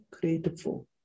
grateful